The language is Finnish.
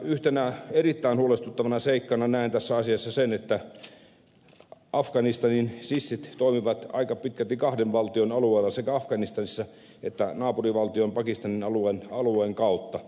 yhtenä erittäin huolestuttavana seikkana näen tässä asiassa sen että afganistanin sissit toimivat aika pitkälti kahden valtion alueella sekä afganistanissa että naapurivaltion pakistanin alueen kautta